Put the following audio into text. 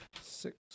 Six